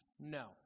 no